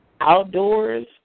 Outdoors